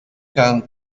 can